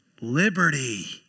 liberty